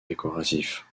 décoratifs